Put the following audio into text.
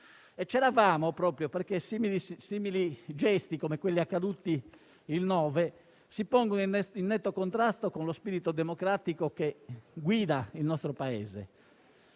e c'eravamo proprio perché gesti come quelli accaduti il 9 ottobre si pongono in netto contrasto con lo spirito democratico che guida il nostro Paese.